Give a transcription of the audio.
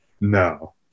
no